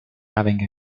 having